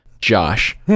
josh